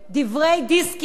דברי דיסקין,